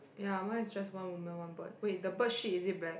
ya mine is just one woman one bird wait the bird shit is it black